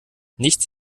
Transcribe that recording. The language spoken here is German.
nichts